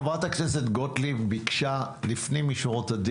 חברת הכנסת גוטליב, בבקשה.